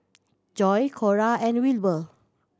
Joi Cora and Wilbur